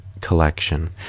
Collection